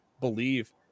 believe